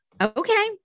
Okay